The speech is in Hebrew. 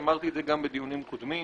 אמרתי את זה גם בדיונים קודמים.